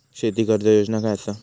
शेती कर्ज योजना काय असा?